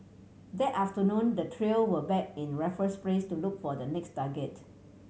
that afternoon the trio were back in Raffles Place to look for the next target